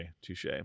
touche